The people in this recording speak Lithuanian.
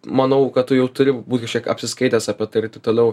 manau kad tu jau turi būt kažkiek apsiskaitęs apie tai ir taip toliau